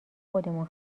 خودمون